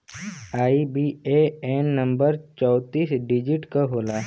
IBAN number चौतीस digit क होला